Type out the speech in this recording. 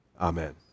Amen